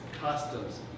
customs